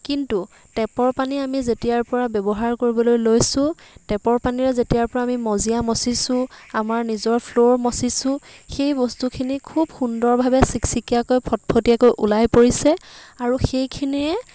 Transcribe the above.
কিন্তু টেপৰ পানী আমি যেতিয়াৰ পৰা ব্যৱহাৰ কৰিবলৈ লৈছোঁ টেপৰ পানীৰে যেতিয়াৰ পৰা আমি মজিয়া মচিছোঁ আমাৰ নিজৰ ফ্ল'ৰ মচিছোঁ সেই বস্তুখিনি খুব সুন্দৰভাৱে চিকচিকীয়াকৈ ফটফটীয়াকৈ ওলাই পৰিছে আৰু সেইখিনিৰে